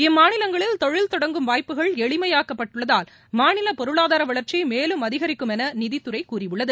இம்மாநிலங்களில் தொழில் தொடங்கும் வாய்ப்புகள் எளிமையாக்கப் பட்டுள்ளதால் மாநில பொருளாதார வளர்ச்சி மேலும் அதிகரிக்கும் என நிதித்துறை கூறியுள்ளது